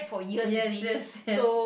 yes yes yes